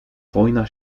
wojna